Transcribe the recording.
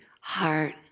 heart